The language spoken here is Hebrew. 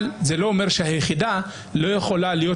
אבל זה לא אומר שהיחידה לא יכולה להיות